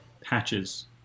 patches